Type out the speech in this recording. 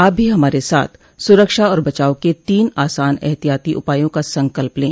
आप भी हमारे साथ सुरक्षा और बचाव के तीन आसान एहतियाती उपायों का संकल्प लें